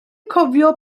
cofio